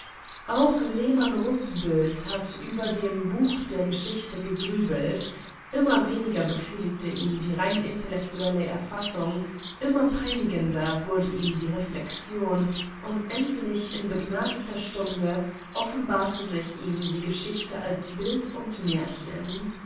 auch lehmann-rußbüldt hat über dem buch der geschichte gegrübelt immer weniger befriedigte ihn die rein intellektuelle erfassung immer peinigender wurde ihm die reflexion und endlich in begnadeter stunde offenbarte sich ihm die geschichte als bild und märchen